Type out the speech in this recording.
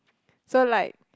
so like